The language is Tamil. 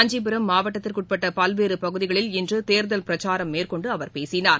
காஞ்சிபுரம் மாவட்டத்திற்குட்பட்டபல்வேறபகுதிகளில் இன்றுதேர்தல் பிரச்சாரம் மேற்கொண்டுஅவர் பேசினார்